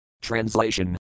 Translation